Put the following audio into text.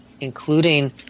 including